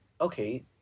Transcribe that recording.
okay